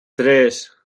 tres